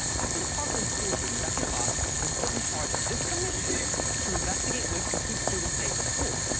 after the parkland school shooting, betsy devos was put in charge of this commission to investigate ways to keep students safe at school.